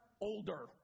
older